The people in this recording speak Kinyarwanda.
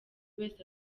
wese